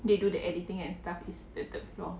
they do the editing and stuff is the third floor